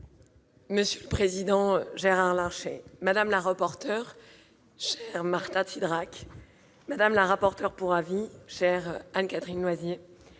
Monsieur le président Gérard Larcher, madame la rapporteure, chère Marta de Cidrac, madame la rapporteure pour avis, chère Anne-Catherine Loisier,